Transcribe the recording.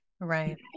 Right